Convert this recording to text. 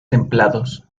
templados